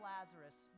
Lazarus